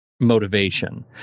Motivation